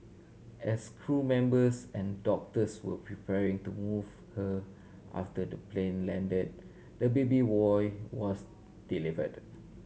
as crew members and doctors were preparing to move her after the plane landed the baby boy was delivered